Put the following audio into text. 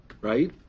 right